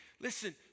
Listen